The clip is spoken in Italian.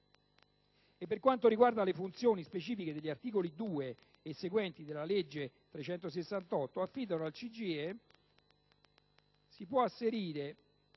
Per quanto riguarda le funzioni specifiche che gli articoli 2 e seguenti della legge n. 368 del 1989 affidano al CGIE, si può asserire